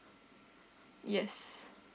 yes